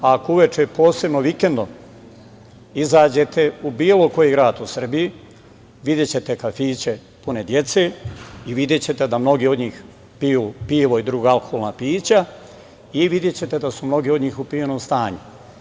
Ako uveče, posebno vikendom, izađete u bilo koji grad u Srbiji, videćete kafiće pune dece i videćete da mnogi od njih piju pivo i druga alkoholna pića i videćete da su mnogi od njih u pijanom stanju.